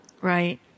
Right